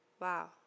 Wow